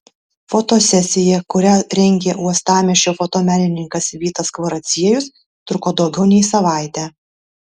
fotosesija kurią rengė uostamiesčio fotomenininkas vytas kvaraciejus truko daugiau nei savaitę